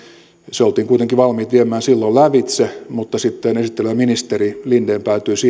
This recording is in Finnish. se oltiin kuitenkin valmiit viemään silloin lävitse mutta sitten esittelevä ministeri linden päätyi siihen että hän